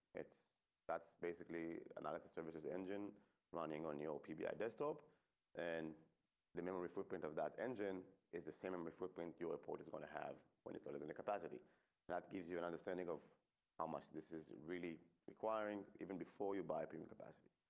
it's that's basically analysis services engine running on your pbi desktop and the memory footprint of that engine is the same. and but when you report is going to have when you go to the capacity that gives you an understanding of how much this is really requiring even before you buy people capacity.